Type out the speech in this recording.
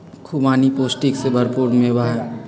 खुबानी पौष्टिक से भरपूर मेवा हई